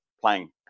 playing